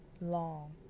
long